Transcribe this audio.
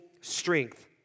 strength